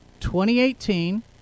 2018